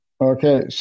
Okay